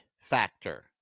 factor